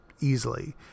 easily